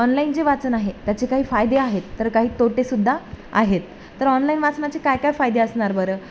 online जे वाचन आहे त्याचे काही फायदे आहेत तर काही तोटेसुद्धा आहेत तर ऑनलाईन वाचनाचे काय काय फायदे असणार बरं